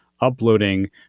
uploading